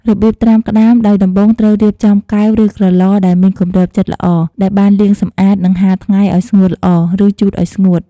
របៀបត្រាំក្ដាម ដោយដំបូងត្រូវរៀបចំ កែវ ឬក្រឡ ដែលមានគម្របជិតល្អ ដែលបានលាងសម្អាត និងហាលថ្ងៃឲ្យស្ងួតល្អ ឫជូតឲ្យស្ងួត។